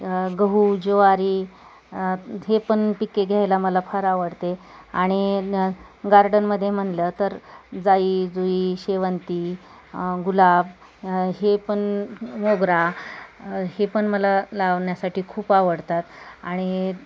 गहू ज्वारी हे पण पिके घ्यायला मला फार आवडते आणि गार्डनमध्ये म्हणलं तर जाई जुई शेवंती गुलाब हे पण मोगरा हे पण मला लावण्यासाठी खूप आवडतात आणि